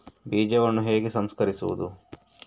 ಬೀಜವನ್ನು ಹೇಗೆ ಸಂಸ್ಕರಿಸುವುದು?